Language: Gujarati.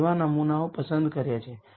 તેથી તે આપણે અહીં કહી રહ્યા છીએ